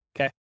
Okay